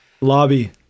Lobby